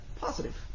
positive